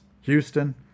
houston